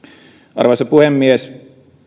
arvoisa puhemies